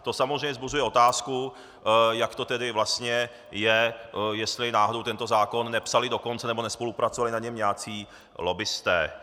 To samozřejmě vzbuzuje otázku, jak to tedy vlastně je, jestli náhodou tento zákon nepsali dokonce, nebo nespolupracovali na něm nějací lobbisté.